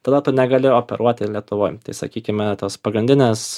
tada tu negali operuoti lietuvoj tai sakykime tas pagrindines